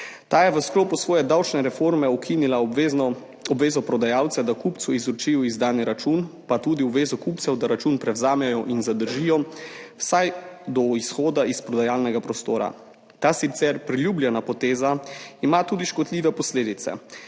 Ta je v sklopu svoje davčne reforme ukinila obvezo prodajalca, da kupcu izročijo izdani račun, pa tudi obvezo kupcev, da račun prevzamejo in ga zadržijo vsaj do izhoda iz prodajalnega prostora. Ta sicer priljubljena poteza ima tudi škodljive posledice.